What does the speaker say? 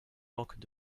manquent